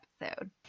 episode